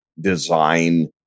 design